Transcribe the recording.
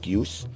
use